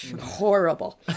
horrible